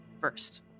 first